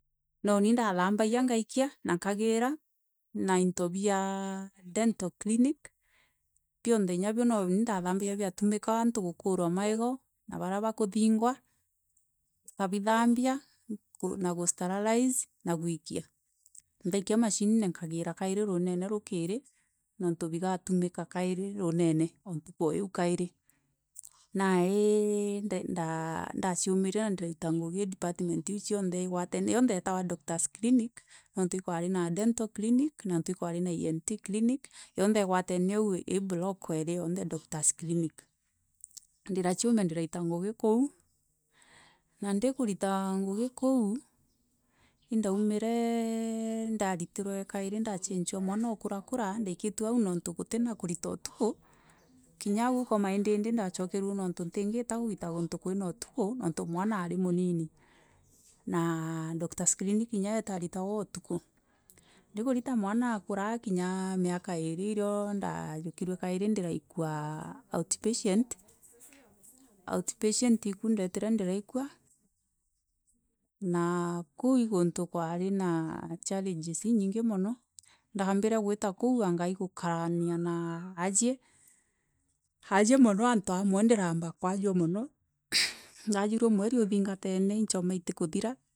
Noni ndathambagia ngaikia na nkagiira na into bia dental clinic bionthe noni ndathambagia inya biatumika kukuura antu meego na baria bakuthiingwa nkabithambia na kustaraliza na guikia ndaikia mashinine nkagira kairi ruuneno ruukiiri niuntu bigatumika kairi ruunene rwa ntuku o iu kairi nandi ndaciumiria na ndirarita ngugi department iu ciothe igwatone irio ndetagwa doctors clinic niuntu ikwari na dental clinic na niuntu ii kwari na ENT clinic yoonths igwatere au ii block yaari yoonthe doctors clinic ndira ndiraciumia ndiraritangugi kou na ndii karita ngugi kou indaumire ndaciancua mwaana igukara kura ndaiketue au niuntu gutina kurita utuku kinya au kwa maidiide ndacincirue niuntu muntu atingiita kuritu utuku untu mwana aari munini na doctors clinic inya yoo itaritagwa utuku ndikurita mwana aakura akinya miaka iiri irio ndajukerue kairi ndiraikua outpatient. Outpatient iku ndietire ndiraikua na kuo i guntu kwari na challenges inyingi mono ndambire gwitu kuo anga i gukaranira na aajie ajie mono antu amwe ndiraa ambiria kuajua mono ndaajurue mwari uthingafene ii nchooma itikuthira.